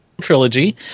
trilogy